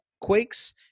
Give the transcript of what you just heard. Quakes